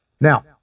Now